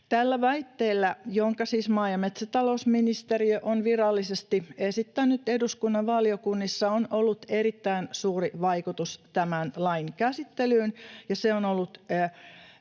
Tällä väitteellä, jonka siis maa- ja metsätalousministeriö on virallisesti esittänyt eduskunnan valiokunnissa, on ollut erittäin suuri vaikutus tämän lain käsittelyyn, ja se on ollut